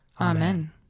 Amen